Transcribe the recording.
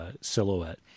silhouette